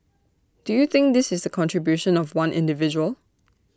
do you think this is the contribution of one individual